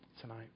tonight